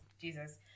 Jesus